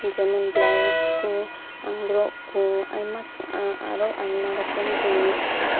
ᱡᱮᱢᱚᱱ ᱵᱮᱞᱟᱩᱡ ᱠᱚ ᱟᱸᱜᱽᱨᱚᱵᱵ ᱠᱚ ᱟᱨᱚ ᱟᱭᱢᱟ ᱨᱚᱠᱚᱢ ᱡᱤᱱᱤᱥ